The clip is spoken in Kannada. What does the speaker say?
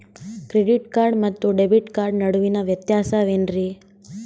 ಕ್ರೆಡಿಟ್ ಕಾರ್ಡ್ ಮತ್ತು ಡೆಬಿಟ್ ಕಾರ್ಡ್ ನಡುವಿನ ವ್ಯತ್ಯಾಸ ವೇನ್ರೀ?